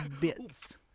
bits